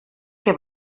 que